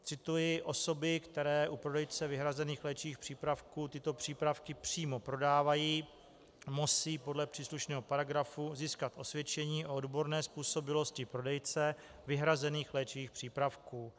Cituji: Osoby, které u prodejce vyhrazených léčivých přípravků tyto přípravky přímo prodávají, musí podle příslušného paragrafu získat osvědčení o odborné způsobilosti prodejce vyhrazených léčivých přípravků.